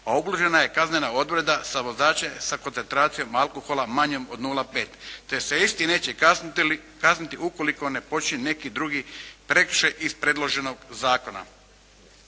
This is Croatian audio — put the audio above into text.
razumije./… je kaznena odredba za vozače sa koncentracijom alkohola manjom od 0,5 te se isti neće kazniti ukoliko ne počini neki drugi prekršaj iz predloženog zakona.